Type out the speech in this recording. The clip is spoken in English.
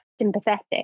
sympathetic